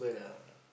ah